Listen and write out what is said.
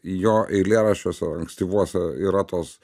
jo eilėraščiuose ankstyvuose yra tos